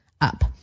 up